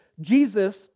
Jesus